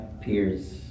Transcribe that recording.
peers